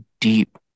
deep